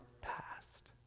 past